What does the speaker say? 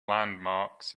landmarks